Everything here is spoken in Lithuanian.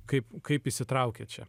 kaip kaip įsitraukė čia